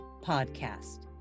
podcast